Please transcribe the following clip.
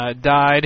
died